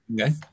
Okay